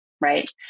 Right